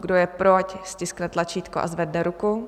Kdo je pro, ať stiskne tlačítko a zvedne ruku.